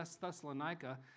Thessalonica